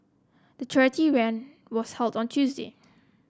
the charity run was held on Tuesday